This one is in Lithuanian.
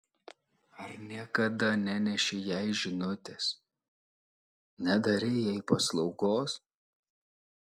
ar niekada nenešei jai žinutės nedarei jai paslaugos